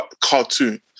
cartoon